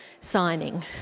signing